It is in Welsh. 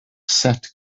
set